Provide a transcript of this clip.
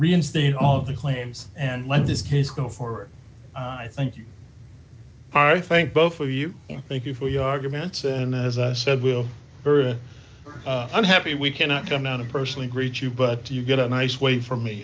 reinstate all of the claims and let this case go forward i think you are i think both of you thank you for your arguments and as i said we'll i'm happy we cannot come down to personally greet you but you get a nice way for me